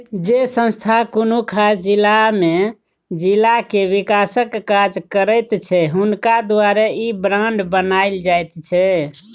जे संस्था कुनु खास जिला में जिला के विकासक काज करैत छै हुनका द्वारे ई बांड बनायल जाइत छै